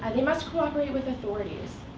and they must cooperate with authorities.